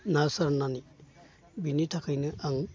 ना सारनानै बिनि थाखायनो आं